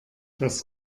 das